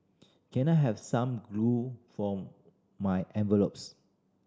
can I have some glue for my envelopes